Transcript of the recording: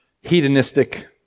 hedonistic